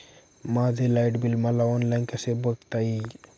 माझे light bill मला online कसे बघता येईल?